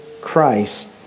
Christ